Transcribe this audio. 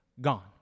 gone